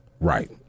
Right